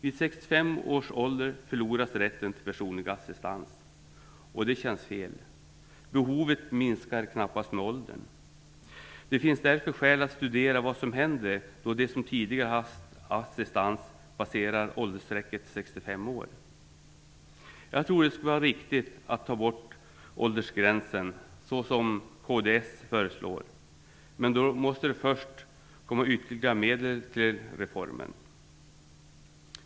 Vid 65 års ålder förlorar man rätten till personlig assistans. Det känns fel. Behovet minskar knappast med åldern. Det finns därför skäl att studera vad som händer då de som tidigare haft assistans passerar åldersstrecket 65 år. Jag tror att det skulle vara riktigt att ta bort åldersgränsen, såsom kds föreslår, men då måste det först komma ytterligare medel till reformen.